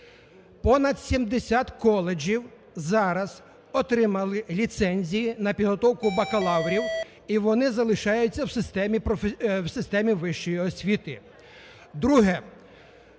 Понад 70 коледжів зараз отримали ліцензії на підготовку бакалаврів, і вони залишаються в системі вищої освіти.